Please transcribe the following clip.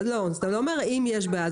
אז אתה לא אומר "אם יש בעיה",